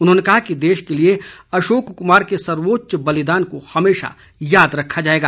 उन्होंने कहा कि देश के लिए अशोक कुमार के सर्वोच्च बलिदान को हमेशा याद रखा जाएगा